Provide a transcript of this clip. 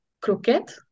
croquette